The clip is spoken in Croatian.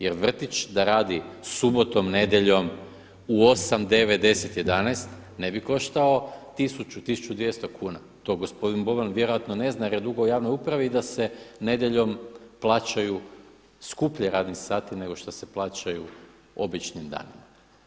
Jer vrtić da radi subotom, nedjeljom u 8, 9, 10, 11 ne bi koštao 1000, 1200 kuna, to gospodin Boban vjerojatno ne zna jer je dugo u javnoj upravi da se nedjeljom plaćaju skuplje radni sati nego što se plaćaju običnim danima.